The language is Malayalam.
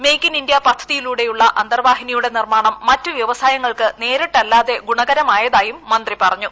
മേക്ക് ഇൻ ഇന്ത്യ പദ്ധതിയിലൂടെയുള്ള അന്തർവാഹിനിയുടെ നിർമ്മാണം മറ്റ് വ്യവസായങ്ങൾക്ക് നേരിട്ടല്ലാതെ ഗുണകരമാകുന്നതായും മന്ത്രി പറഞ്ഞു